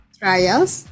trials